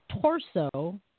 torso